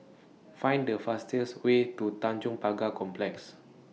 Find The fastest Way to Tanjong Pagar Complex